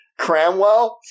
Cramwell